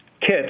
kits